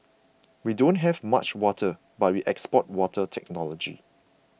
we don't have much water but we export water technology